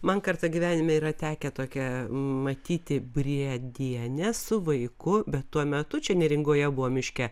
man kartą gyvenime yra tekę tokią matyti briedienę su vaiku bet tuo metu čia neringoje buvo miške